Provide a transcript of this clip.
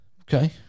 okay